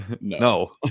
No